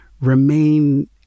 remain